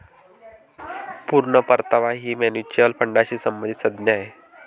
पूर्ण परतावा ही म्युच्युअल फंडाशी संबंधित संज्ञा आहे